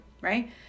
right